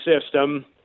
system